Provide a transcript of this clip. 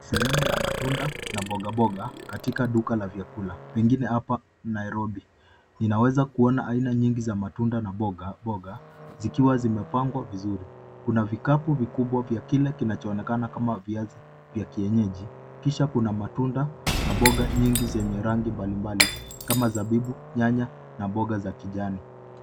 Sehemu ya matunda na boga boga katika duka la vyakula pengine hapa ni Nairobi. Ninaweza kuona matunda na boga boga zikiwa zimepangwa vizuri. Kuna vikapu vikubwa vya kile kinachoonekana kama viazi vya kienyeji kisha kuna matunda na boga nyingi zenye rangi mbalimbali kama zabibu, nyanya na boga za kijani.